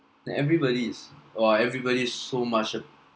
like everybody is !wah! everybody is so much